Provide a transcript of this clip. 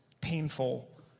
painful